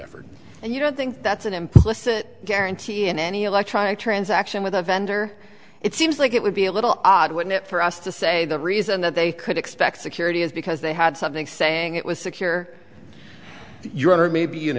effort and you don't think that's an implicit guarantee in any electronic transaction with a vendor it seems like it would be a little odd wouldn't it for us to say the reason that they could expect security is because they had something saying it was secure your honor may be an